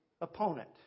opponent